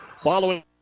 Following